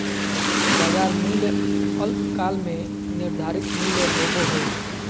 बाजार मूल्य अल्पकाल में निर्धारित मूल्य होबो हइ